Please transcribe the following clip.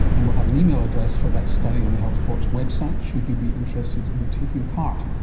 and we'll have an email address for that study on the health report's website should you be interested in taking part.